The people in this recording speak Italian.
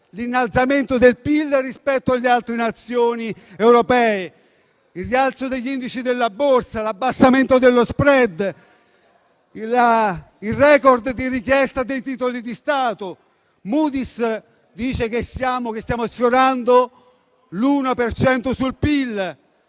l'innalzamento del PIL rispetto alle altre Nazioni europee. Ricordo, ancora, il rialzo degli indici della borsa, l'abbassamento dello *spread*, il *record* di richiesta dei titoli di Stato. Moody's dice che stiamo sfiorando l'1 per